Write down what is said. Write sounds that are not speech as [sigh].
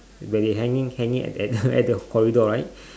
where they hanging hanging at the [breath] at the corridor right